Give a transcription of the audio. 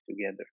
together